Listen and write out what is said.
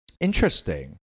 Interesting